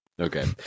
okay